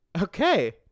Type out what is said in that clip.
Okay